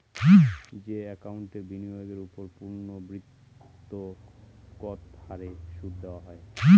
যে একাউন্টে বিনিয়োগের ওপর পূর্ণ্যাবৃত্তৎকত হারে সুদ দেওয়া হয়